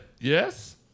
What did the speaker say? Yes